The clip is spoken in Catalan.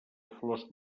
flors